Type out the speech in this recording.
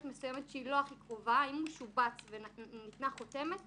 מסוימת שהיא לא הכי קרובה וניתנה חותמת,